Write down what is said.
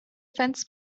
fence